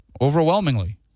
Overwhelmingly